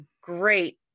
great